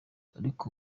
ariko